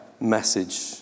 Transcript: message